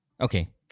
Okay